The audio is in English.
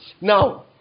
Now